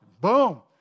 Boom